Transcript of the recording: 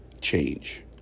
change